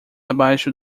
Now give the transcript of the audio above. abaixo